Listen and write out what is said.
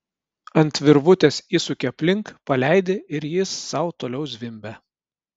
ant virvutės įsuki aplink paleidi ir jis sau toliau zvimbia